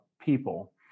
people